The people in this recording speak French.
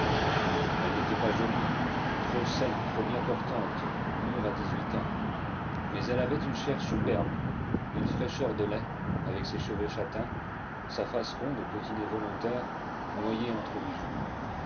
elle n'était pas jolie trop saine trop bien portante mûre à dix-huit ans mais elle avait une chair superbe une fraîcheur de lait avec ses cheveux châtains sa face ronde au petit nez volontaire noyé entre les joues